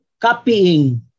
copying